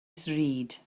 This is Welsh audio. ddrud